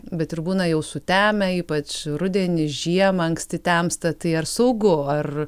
bet ir būna jau sutemę ypač rudenį žiemą anksti temsta tai ar saugu ar